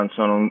sono